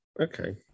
Okay